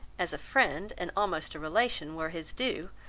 as a friend and almost a relation, were his due,